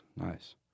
Nice